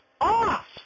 off